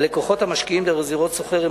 הלקוחות המשקיעים דרך זירות סוחר הם